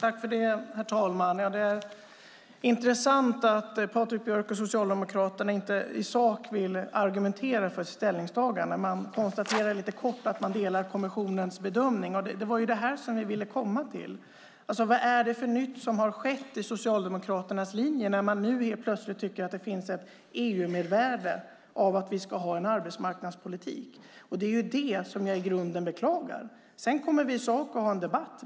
Herr talman! Det är intressant att Patrik Björck och Socialdemokraterna inte i sak vill argumentera för sitt ställningstagande. Man konstaterar lite kort att man delar kommissionens bedömning. Det var ju det vi ville komma fram till. Vad är det för nytt som har skett i Socialdemokraternas linje när man nu helt plötsligt tycker att det finns ett EU-mervärde i att vi ska ha en arbetsmarknadspolitik? Det är ju det som jag i grunden beklagar. Sedan kommer vi i sak att ha en debatt.